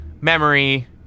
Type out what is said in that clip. memory